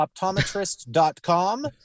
optometrist.com